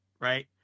Right